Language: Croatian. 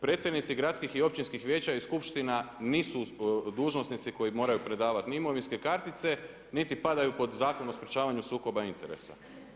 Predsjednici gradskih i općinskih vijeća i skupština nisu dužnosnici koji moraju predavati ni imovinske kartice niti padaju pod Zakon o sprječavanju sukoba interesa.